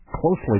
closely